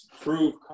prove